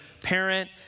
parent